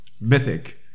mythic